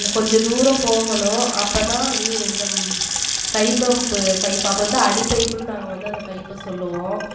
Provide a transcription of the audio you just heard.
கொஞ்சம் தூரம் போகணும் அப்போ தான் இந்த கை பம்ப்பு இப்போ அப்போ வந்து அடிபைப்புன்னு நாங்கள் வந்து அந்த பைப்பை சொல்வோம்